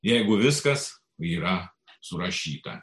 jeigu viskas yra surašyta